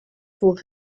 pour